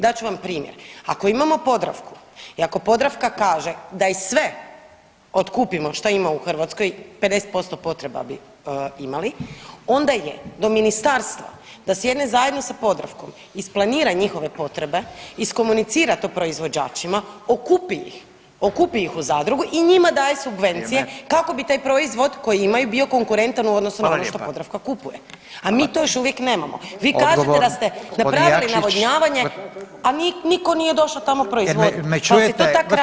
Dat ću vam primjer, ako imamo Podravku i ako Podravka kaže da i sve otkupimo šta ima u Hrvatskoj 50% potreba bi imali onda je do ministarstva da sjedne zajedno sa Podravkom isplanira njihove potrebe, iskomunicira to proizvođačima, okupi ih, okupi ih u zadrugu i njima daje subvencije [[Upadica Radin: Vrijeme.]] kako bi taj proizvod koji imaju bio konkurentan u odnosu na ono što Podravka kupuje [[Upadica Radin: Hvala lijepa.]] a mi to još uvijek nemamo [[Upadica Radin: Odgovor g. Jakšić.]] Vi kažete da ste napravili navodnjavanja, a niko nije došao tamo proizvodit [[Upadica Radin: Jel me čujete?]] pa se to tak radi.